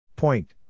point